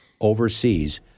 overseas